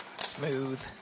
Smooth